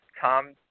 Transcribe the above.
Tom